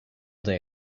day